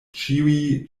ĉiuj